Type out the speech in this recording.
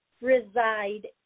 reside